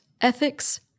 ethics